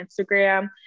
Instagram